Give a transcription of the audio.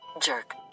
Jerk